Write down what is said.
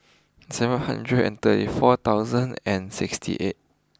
seven hundred and thirty four thousand and sixty eight